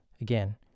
Again